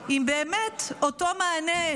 אם באמת אותו מענה,